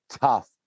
tough